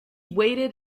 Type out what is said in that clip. waded